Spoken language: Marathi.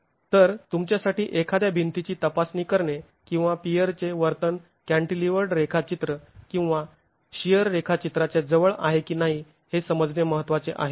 तर तुमच्यासाठी एखाद्या भिंतीची तपासणी करणे किंवा पियरचे वर्तन कँटीलिवर्ड रेखाचित्र किंवा शिअर रेखाचित्राच्या जवळ आहे की नाही हे समजणे महत्त्वाचे आहे